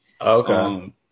Okay